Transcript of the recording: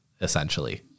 essentially